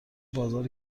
بازار